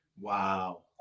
Wow